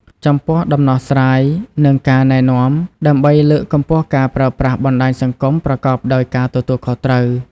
ចំពោះដំណោះស្រាយ និងការណែនាំ ដើម្បីលើកកម្ពស់ការប្រើប្រាស់បណ្តាញសង្គមប្រកបដោយការទទួលខុសត្រូវ។